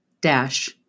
dash